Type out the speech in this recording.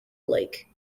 lake